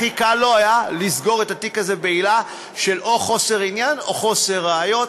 הכי קל לו לסגור את התיק הזה בעילה של או חוסר עניין או חוסר ראיות.